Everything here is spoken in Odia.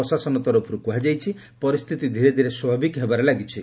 ପ୍ରଶାସନ ତରଫରୁ କୁହାଯାଇଛି ପରିସ୍ଥିତି ଧୀରେ ଧୀରେ ସ୍ୱାଭାବିକ ହେବାରେ ଲାଗିଛି